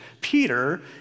Peter